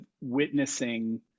witnessing